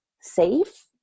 safe